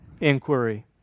inquiry